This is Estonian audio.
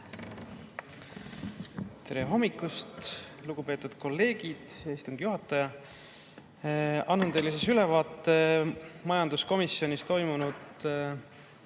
Tere hommikust, lugupeetud kolleegid! Hea istungi juhataja! Annan teile ülevaate majanduskomisjonis toimunud